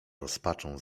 rozpaczą